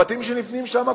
הבתים שנבנים שם,